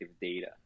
data